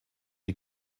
die